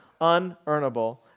unearnable